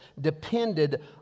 depended